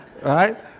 Right